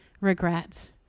regret